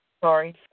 Sorry